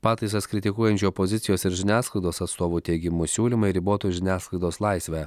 pataisas kritikuojančių opozicijos ir žiniasklaidos atstovų teigimu siūlymai riboti žiniasklaidos laisvę